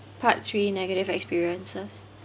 part three negative experiences